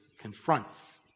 confronts